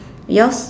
yours